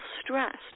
stressed